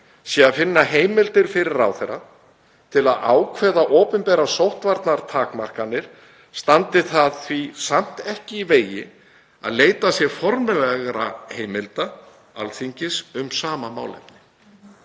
sé að finna heimildir fyrir ráðherra til að ákveða opinberar sóttvarnatakmarkanir standi það því samt ekki í vegi að leitað sé formlegra heimilda Alþingis um sama málefni.